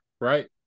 Right